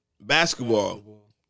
basketball